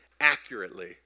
accurately